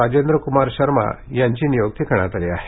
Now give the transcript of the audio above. राजेंद्र कुमार शर्मा यांची नियुक्ती करण्यात आली आहे